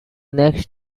next